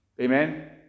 Amen